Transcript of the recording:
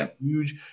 huge